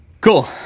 cool